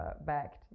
backed